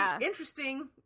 interesting